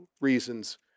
reasons